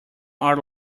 are